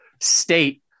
state